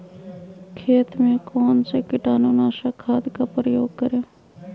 खेत में कौन से कीटाणु नाशक खाद का प्रयोग करें?